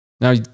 Now